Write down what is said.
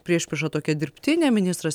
priešprieša tokia dirbtinė ministras